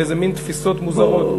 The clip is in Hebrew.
באיזה מין תפיסות מוזרות.